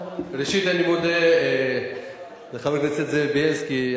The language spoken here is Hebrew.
ראשית אני מודה לחבר הכנסת בילסקי.